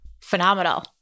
Phenomenal